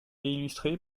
illustré